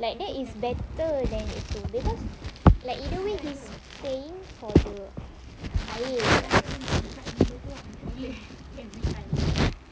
like that it's better than itu because like either way he's paying for the air